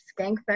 Skankfest